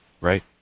Right